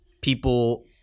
people